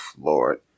Lord